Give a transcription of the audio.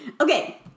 Okay